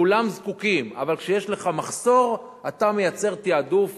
כולם זקוקים, אבל כשיש לך מחסור אתה מייצר תעדוף